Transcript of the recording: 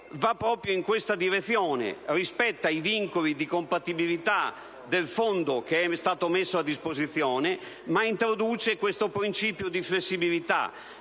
va proprio in questa direzione: rispetta i vincoli di compatibilità del fondo messo a disposizione, introducendo però il principio di flessibilità,